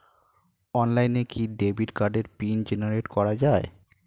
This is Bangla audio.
অনলাইনে কি ডেবিট কার্ডের পিন জেনারেট করা যায়?